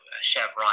Chevron